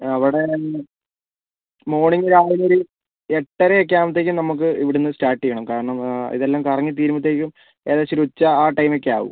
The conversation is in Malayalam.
അവിടെ മോർണിംഗ് രാവിലെ ഒരു എട്ടര ഒക്കെ ആവുമ്പത്തേക്കും നമുക്ക് ഇവിടുന്ന് സ്റ്റാർട്ട് ചെയ്യണം കാരണം ഇതെല്ലാം കറങ്ങി തീരുമ്പോഴത്തേക്കും ഏകദേശം ഒരു ഉച്ച ആ ടൈം ഒക്കെ ആവും